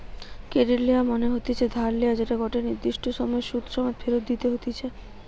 credit লেওয়া মনে হতিছে ধার লেয়া যেটা গটে নির্দিষ্ট সময় সুধ সমেত ফেরত দিতে হতিছে